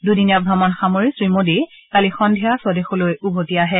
দুদিনীয়া ভ্ৰমণ সামৰি শ্ৰী মোদী কালি সদ্ধিয়া স্বদেশলৈ উভতি আহে